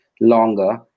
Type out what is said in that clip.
longer